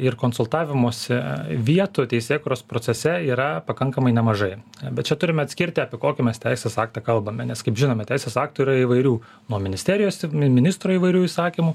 ir konsultavimosi vietų teisėkūros procese yra pakankamai nemažai bet čia turime atskirti apie kokį mes teisės aktą kalbame nes kaip žinome teisės aktų yra įvairių nuo ministerijos ministro įvairių įsakymų